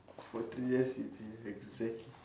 for three years you